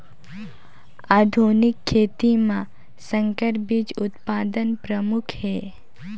आधुनिक खेती म संकर बीज उत्पादन प्रमुख हे